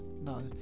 no